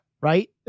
right